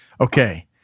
Okay